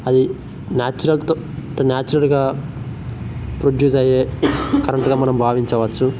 అది న్యాచురల్ తొ నాచురల్గా ప్రొడ్యూస్ అయ్యే కరంట్గా మనం భావించవచ్చు